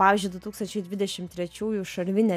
pavyzdžiui du tūkstančiai dvidešimt trečiųjų šarvinė